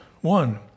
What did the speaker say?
One